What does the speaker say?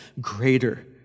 greater